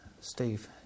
Steve